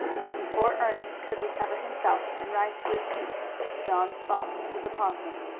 before ernest could recover himself and rise to his feet john fox was upon him.